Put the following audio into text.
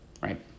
right